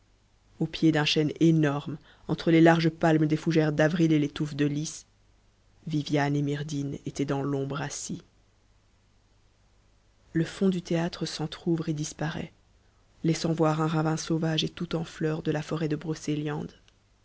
au pied d'un chêne énorme entre les larges palmes des fougères d'avril et les touffes de lys viviane et myrdhinn étaient dans l'ombre assis du w s'entr'ouvre et disparait laissant pw un ravin mmm et tout m fm de la b brocéliande